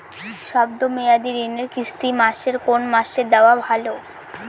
শব্দ মেয়াদি ঋণের কিস্তি মাসের কোন সময় দেওয়া ভালো?